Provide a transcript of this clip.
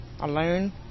alone